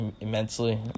immensely